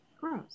Gross